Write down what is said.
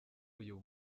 uyu